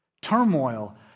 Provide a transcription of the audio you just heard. turmoil